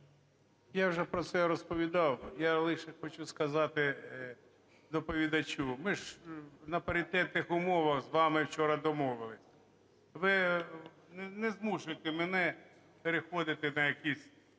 Я вже про це розповідав. Я лише хочу сказати доповідачу. Ми ж на паритетних умовах з вами вчора домовилися. Ви не змушуйте мене переходити на якісь